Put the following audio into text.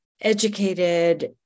educated